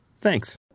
Thanks